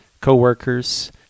co-workers